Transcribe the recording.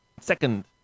Second